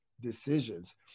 decisions